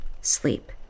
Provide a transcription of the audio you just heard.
sleep